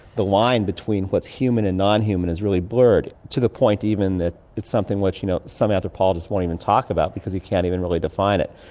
the line between what's human and non-human has really blurred, to the point even that it's something which you know some anthropologists won't even talk about because you can't even really define it.